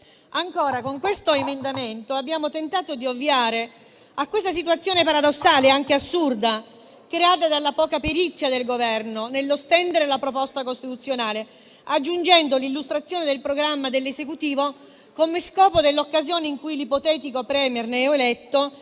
Inoltre, con questo emendamento abbiamo tentato di ovviare a questa situazione paradossale e anche assurda creata dalla poca perizia del Governo nello stendere la proposta costituzionale, aggiungendo l'illustrazione del programma dell'Esecutivo per dare un senso all'obbligo per il *Premier* neoeletto